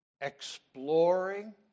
exploring